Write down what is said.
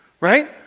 Right